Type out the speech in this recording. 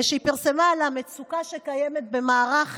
על המצוקה שקיימת במערך